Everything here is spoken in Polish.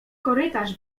korytarz